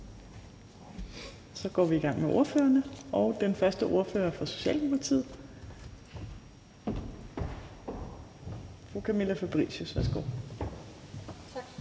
Så går vi i gang med ordførerne, og den første ordfører er fra Socialdemokratiet. Fru Camilla Fabricius, værsgo. Kl.